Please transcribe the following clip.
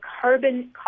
carbon